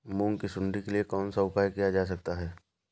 मूंग की सुंडी के लिए कौन सा उपाय किया जा सकता है?